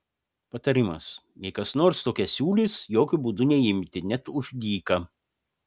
patarimas jei kas nors tokią siūlys jokiu būdu neimti net už dyką